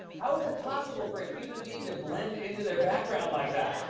how is it possible for a human being to blend into their background like that?